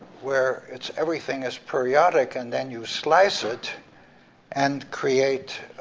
where it's everything is periodic, and then you slice it and create.